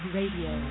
Radio